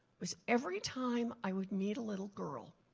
was every time i would meet a little girl,